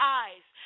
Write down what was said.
eyes